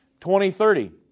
2030